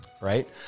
Right